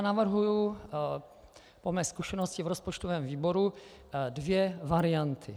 Navrhuji po své zkušenosti v rozpočtovém výboru dvě varianty.